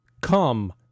come